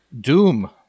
Doom